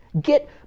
Get